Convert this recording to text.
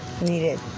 needed